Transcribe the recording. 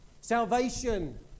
Salvation